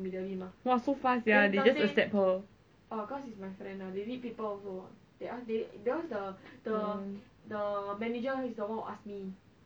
!wah! so fast sia they just accept her